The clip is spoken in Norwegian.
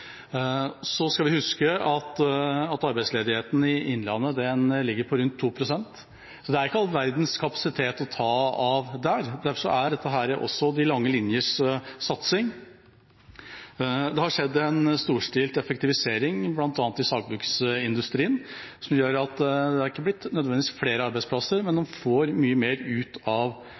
Så skal vi huske at arbeidsledigheten i innlandet ligger på rundt 2 pst, så det er ikke all verdens kapasitet å ta av der. Derfor er dette også de lange linjers satsing. Det har skjedd en storstilt effektivisering, bl.a. i sagbruksindustrien, som gjør at det ikke nødvendigvis er blitt flere arbeidsplasser, men de får mye mer ut av